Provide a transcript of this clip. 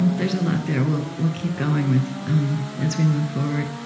there's a lot there we'll we'll keep going with um as we move forward.